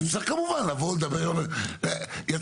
לא צריך אז רוב, לא צריך 75. אז לא רוצים?